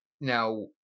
now